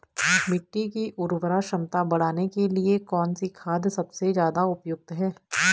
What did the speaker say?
मिट्टी की उर्वरा क्षमता बढ़ाने के लिए कौन सी खाद सबसे ज़्यादा उपयुक्त है?